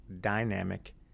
dynamic